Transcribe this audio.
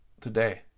today